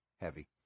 heavy